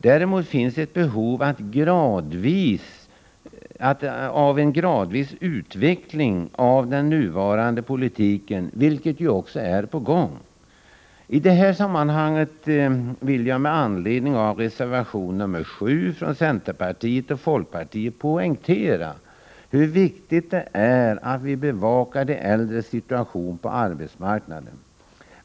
Däremot finns ett behov av en gradvis utveckling av den nuvarande politiken, vilket ju är på gång. I det här sammanhanget vill jag med anledning av reservation nr 7 från centerpartiet och folkpartiet poängtera hur viktigt det är att vi bevakar de äldres situation på arbetsmarknaden.